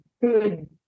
good